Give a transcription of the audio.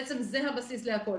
למעשה זה הבסיס לכול.